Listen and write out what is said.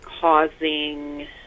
causing